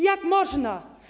Jak można?